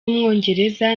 w’umwongereza